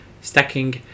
stacking